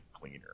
cleaner